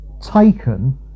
taken